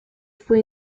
fue